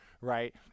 right